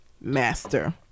master